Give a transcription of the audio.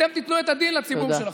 אתם תיתנו את הדין לציבור שלכם.